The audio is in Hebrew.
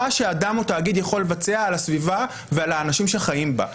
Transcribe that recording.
שאדם או תאגיד יכול לבצע על הסביבה ועל האנשים שחיים בה.